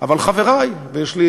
אבל, חברי, יש לי